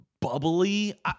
bubbly